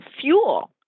fuel